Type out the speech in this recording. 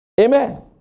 Amen